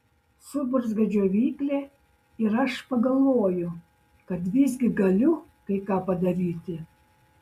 suburzgia džiovyklė ir aš pagalvoju kad visgi galiu kai ką padaryti